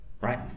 right